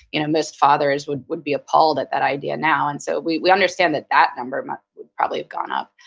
you know most fathers would would be appalled at that idea now. and so we we understand that, that number but would probably have gone up.